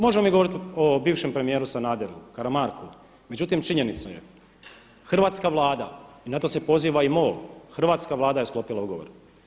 Možemo mi govoriti o bivšem premijeru Sanaderu, Karamarku, međutim činjenica je hrvatska Vlada i na to se poziva i MOL, hrvatska Vlada je sklopila ugovor.